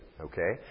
Okay